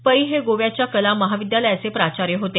पै हे गोव्याच्या कला महाविद्यालयाचे प्राचार्य होते